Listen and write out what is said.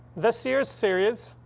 this year's series